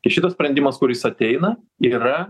ir šitas sprendimas kuris ateina yra